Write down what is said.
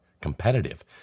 competitive